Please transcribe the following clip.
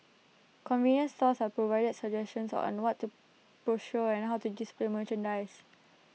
convenience stores are provided suggestions on what to procure and how to display merchandise